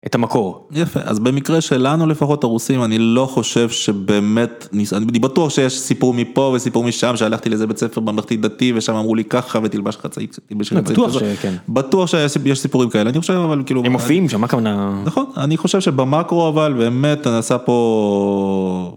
את המקור. יפה, אז במקרה שלנו לפחות הרוסים אני לא חושב שבאמת... אני בטוח שיש סיפור מפה וסיפור משם שהלכתי לאיזה בית ספר ממלכתי דתי ושם אמרו לי ככה ותלבש חצאית... בטוח שיש סיפורים כאלה. אני חושב אבל, כאילו הם מופיעים שם מה הכוונה? אני חושב שבמקרו אבל באמת נעשה פה...